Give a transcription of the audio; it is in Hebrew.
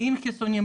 עם חיסונים,